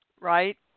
right